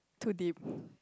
too deep